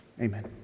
amen